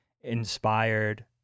inspired